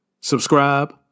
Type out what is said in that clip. subscribe